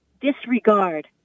disregard